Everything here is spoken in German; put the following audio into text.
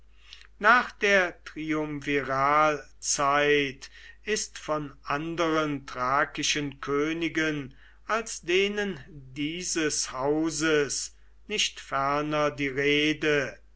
nach der triumviralzeit ist von anderen thrakischen königen als denen dieses hauses nicht ferner die rede